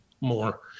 more